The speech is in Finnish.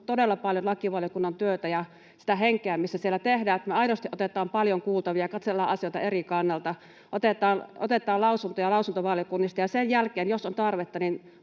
todella paljon lakivaliokunnan työtä ja sitä henkeä, missä siellä tehdään, että me aidosti otetaan paljon kuultavia, katsellaan asioita eri kannalta, otetaan lausuntoja lausuntovaliokunnista ja sen jälkeen, jos on tarvetta,